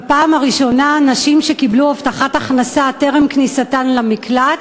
בפעם הראשונה נשים שקיבלו הבטחת הכנסה טרם כניסתן למקלט